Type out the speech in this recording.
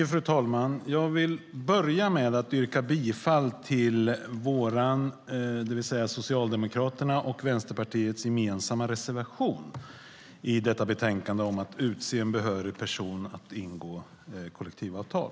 Fru talman! Jag vill börja med att yrka bifall till Socialdemokraternas och Vänsterpartiets gemensamma reservation i detta betänkande om att utse en behörig person att ingå kollektivavtal.